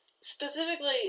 specifically